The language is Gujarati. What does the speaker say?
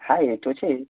હા એ તો છે જ